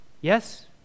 yes